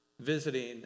visiting